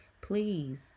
Please